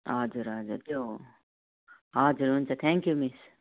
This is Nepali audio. हजुर हजुर यो हजुर हुन्छ थ्याङ्क्यु मिस